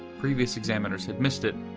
previous examiners had missed it,